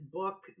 book